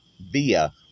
via